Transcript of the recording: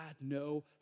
no